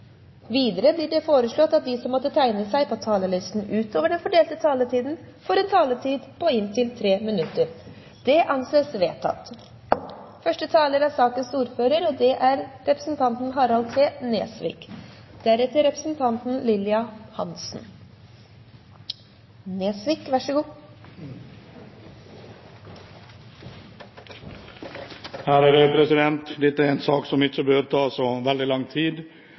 Videre blir det foreslått at de som måtte tegne seg på talerlisten utover den fordelte taletid, får en taletid på inntil 3 minutter. – Det anses vedtatt. Dette er en sak som ikke bør ta så veldig lang tid.